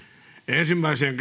ensimmäiseen